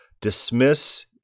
dismiss